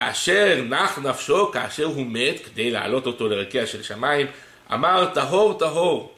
כאשר נח נפשו, כאשר הוא מת, כדי לעלות אותו לרכי השמיים, אמר טהור טהור.